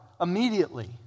immediately